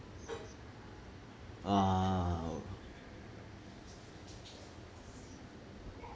ah oh